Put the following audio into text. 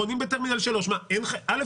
חונים בטרמינל 3. א',